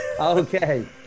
Okay